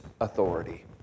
authority